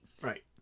right